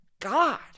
God